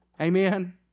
Amen